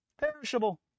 Perishable